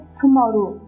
tomorrow